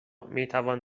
میتوان